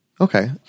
Okay